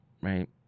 right